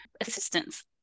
assistance